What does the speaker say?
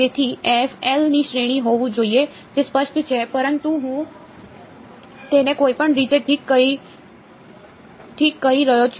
તેથી L ની શ્રેણીમાં હોવું જોઈએ જે સ્પષ્ટ છે પરંતુ હું તેને કોઈપણ રીતે ઠીક કહી રહ્યો છું